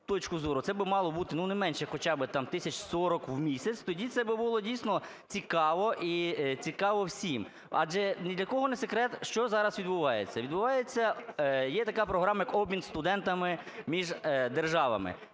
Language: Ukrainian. це би мало бути, ну не менше хоча би там тисяч 40 в місяць, тоді це би було дійсно цікаво і цікаво всім, адже ні для кого не секрет, що зараз відбувається. Відбувається, є така програма як обмін студентами між державами.